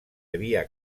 havia